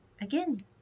Again